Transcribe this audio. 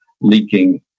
leaking